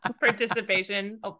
Participation